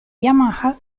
yamaha